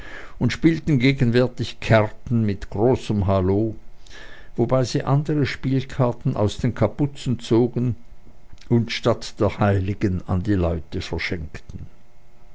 und spielten gegenwärtig karten mit großem hallo wobei sie andere spielkarten aus den kapuzen zogen und statt der heiligen an die leute verschenkten